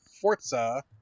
Forza